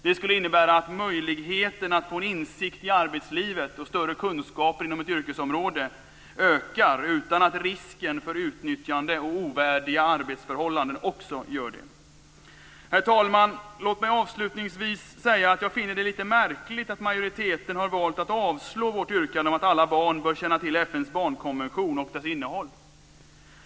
Det skulle innebära att möjligheterna att få en insikt i arbetslivet och större kunskaper inom ett yrkesområde ökar utan att risken för utnyttjande och ovärdiga arbetsförhållanden också gör det. Herr talman! Låt mig avslutningsvis säga att jag finner det lite märkligt att majoriteten har valt att avstyrka vårt yrkande om att alla barn bör känna till FN:s barnkonvention och dess innehåll.